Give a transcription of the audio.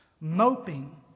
moping